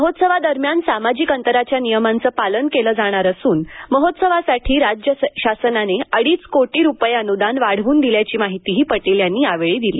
महोत्सवादरम्यान सामाजिक अंतराच्या नियमांचं पालन केलं जाणार असुन महोत्सवसाठी राज्य शासनाने अडीच कोटी रुपये अनुदान वाढवून दिल्याची माहितीही पटेल यांनी दिली